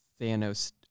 Thanos